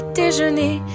déjeuner